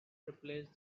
replace